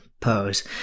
pose